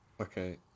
Okay